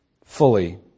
fully